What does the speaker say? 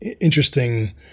interesting